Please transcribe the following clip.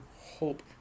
hope